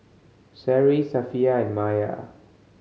Seri Safiya and Maya